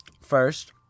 first